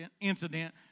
incident